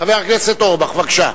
חבר הכנסת אורבך, בבקשה.